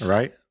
Right